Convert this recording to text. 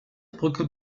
brücke